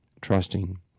Trusting